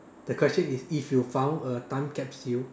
the question if you found a time capsule